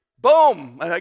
Boom